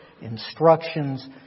instructions